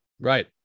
Right